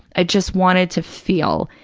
i just wanted to feel.